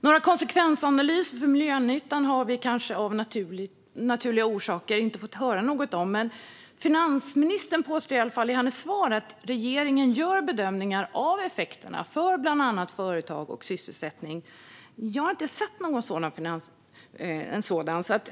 Några konsekvensanalyser för miljönyttan har vi kanske av naturliga orsaker inte fått höra något om. Men finansministern påstår i varje fall i sitt svar att regeringen gör bedömningar av effekterna för bland annat företag och sysselsättning. Jag har inte sett en sådan bedömning.